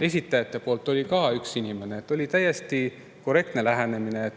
esitajate poolt oli ka üks inimene. Oli täiesti korrektne lähenemine,